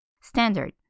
standard